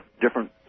different